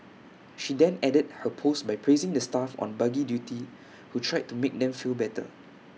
she then ended her post by praising the staff on buggy duty who tried to make them feel better